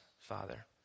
Father